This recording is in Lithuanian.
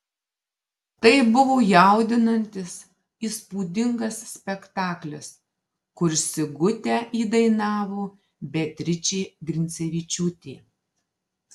tai buvo jaudinantis įspūdingas spektaklis kur sigutę įdainavo beatričė grincevičiūtė